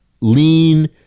lean